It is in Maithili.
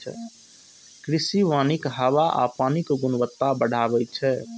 कृषि वानिक हवा आ पानिक गुणवत्ता बढ़बै छै